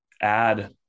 add